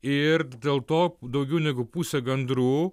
ir dėl to daugiau negu pusė gandrų